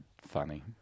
funny